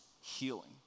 healing